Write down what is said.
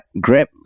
Grab